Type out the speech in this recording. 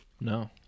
No